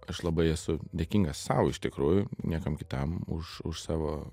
aš labai esu dėkingas sau iš tikrųjų niekam kitam už už savo